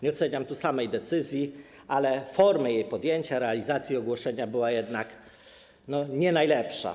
Nie oceniam tu samej decyzji, ale forma jej podjęcia, realizacja ogłoszenia była jednak, nazwijmy to, nie najlepsza.